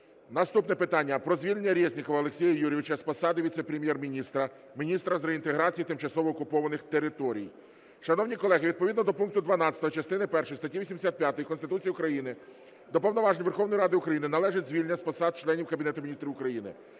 Наступне питання – про звільнення Резнікова Олексія Юрійовича з посади Віце-прем'єр-міністра – Міністра з реінтеграції тимчасово окупованих територій. Шановні колеги, відповідно до пункту 12 частини першої статті 85 Конституції України до повноважень Верховної Ради України належить звільнення з посад членів Кабінету Міністрів України.